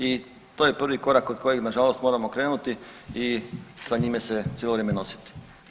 I to je prvi korak od kojeg nažalost moramo krenuti i sa njime se cijelo vrijeme nositi.